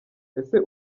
ese